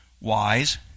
wise